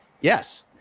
yes